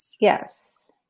Yes